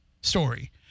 story